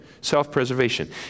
self-preservation